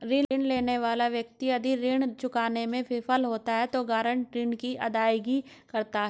ऋण लेने वाला व्यक्ति यदि ऋण चुकाने में विफल होता है तो गारंटर ऋण की अदायगी करता है